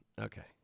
Okay